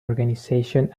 organization